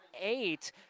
eight